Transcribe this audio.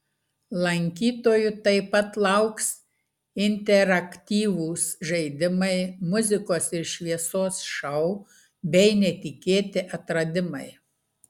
lankytojų taip pat lauks interaktyvūs žaidimai muzikos ir šviesos šou bei netikėti atradimai